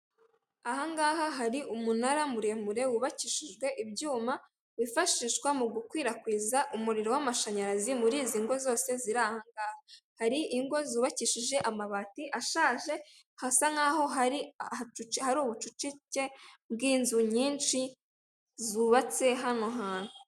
Ahangaha hari umunara muremure wubakishijwe ibyuma wifashishwa mu gukwirakwiza umuriro w'amashanyarazi muri izi ngo zose ziri aha ngaha, hari ingo zubakishije amabati ashaje hasa nk'aho hari hacu hari ubucucike bw'inzu nyinshi zubatse hano hantu.